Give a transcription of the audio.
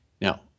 Now